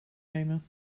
nemen